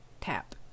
Tap